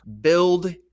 build